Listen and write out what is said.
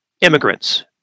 immigrants